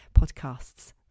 podcasts